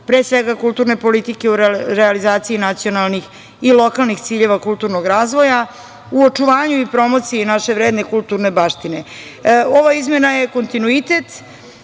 pre svega kulturne politike u realizaciji nacionalnih i lokalnih ciljeva kulturnog razvoja, u očuvanju i promociji naše vredne kulturne baštine. Ova izmena je kontinuitet